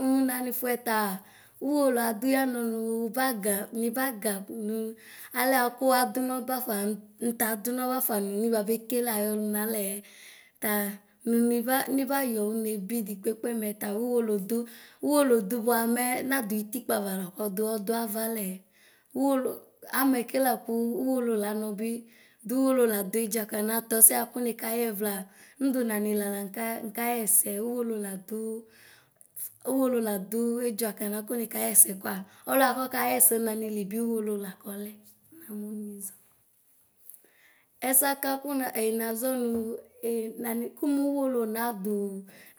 Mnanifuɛ taa Uwoluaduyɛlunubaga, nibaga ni alɛ kuaduvo bafa ntadunɔ bafa nimabe kele ayɔluna lɛɛ. Ta ni niba nibayɔ vɔebi dzikpɛkpɛ mɛ ta Uwɔlɔdu, Uwɔlɔdzuba mɛɛ nadzikpɛɖavu la kɛdu, sɛduavalɛɛ. Uwɔlɔ amɛ kɛ la ku ulu lansi ti duwɔlɔ laduedzua kana, tɔsɛaku nikayɛvila ɖu nanila la nkankayɛsɛ Uwɔlɔladu… Uwɔlɔ laduedzua kana kunikayɛsɛ koa slɔasɛka ɖɛsɛ nsanilɛ uwɔlɔ la kɛlɛ namuniza. Esɛaka kuma nazunu nani kumuwɔlɔ nadu